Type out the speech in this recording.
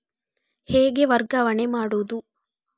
ಹೇಗೆ ವರ್ಗಾವಣೆ ಮಾಡುದು?